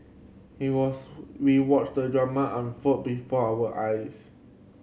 he was we watched the drama unfold before our eyes